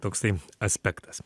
toksai aspektas